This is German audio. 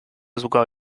sogar